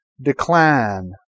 decline